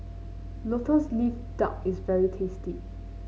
lotus leaf duck is very tasty